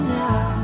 now